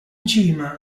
cima